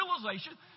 realization